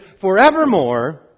forevermore